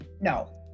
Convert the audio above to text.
No